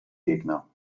gegner